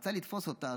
ורצה לתפוס אותה.